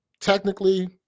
Technically